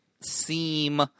seem –